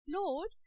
Lord